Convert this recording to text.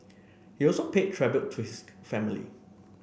he also paid tribute to his family